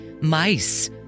mice